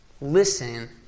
listen